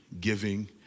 giving